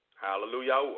Hallelujah